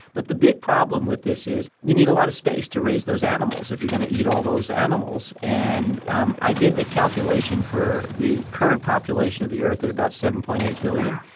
but the big problem with this is you need a lot of space to raise those animals if you're going to eat all those animals. and um i did the calculation for the current population of the earth at about seven point eight billion.